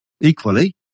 equally